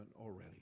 already